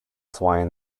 swine